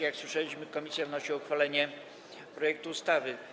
Jak słyszeliśmy, komisja wnosi o uchwalenie projektu ustawy.